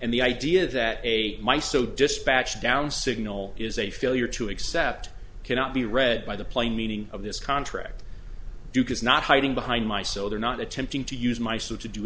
and the idea that a my so dispatched down signal is a failure to accept cannot be read by the plain meaning of this contract duke is not hiding behind my so they are not attempting to use my suit to do